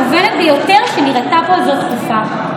המגוונת ביותר שנראתה פה מזה תקופה.